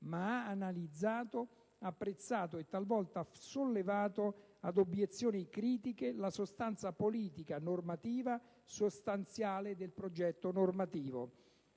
ma hanno analizzato, apprezzato e talvolta sollevato ad obiezioni critiche la sostanza politica, normativa e sostanziale del progetto normativo.